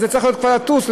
זה צריך כבר לטוס,